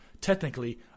technically